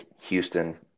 Houston